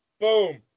boom